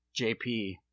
JP